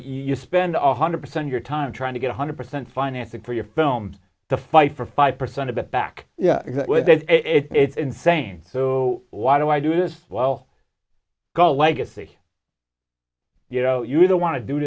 you spend a hundred percent your time trying to get a hundred percent financing for your film the fight for five percent of the back then it's insane so why do i do this well go legacy you know you either want to do